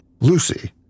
Lucy